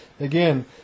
Again